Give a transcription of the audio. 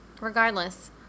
Regardless